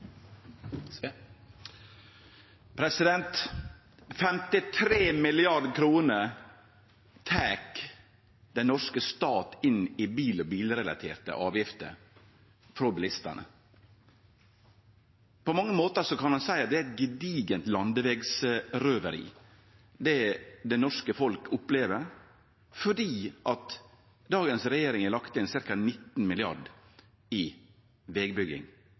representantforslaget. 53 mrd. kr tek den norske stat inn i bil- og bilrelaterte avgifter frå bilistane. På mange måtar kan ein seie at det er eit gedigent landevegsrøveri det norske folk opplever, fordi dagens regjering har lagt inn ca. 19 mrd. kr til vegbygging i